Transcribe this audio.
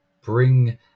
bring